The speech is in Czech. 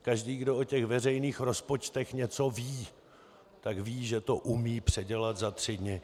Každý, kdo o veřejných rozpočtech něco ví, tak ví, že to umí předělat za tři dny.